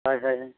ᱦᱚᱭ ᱦᱚᱭ ᱦᱚᱭ